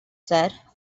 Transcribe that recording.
said